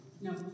No